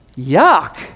Yuck